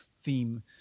theme